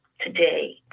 today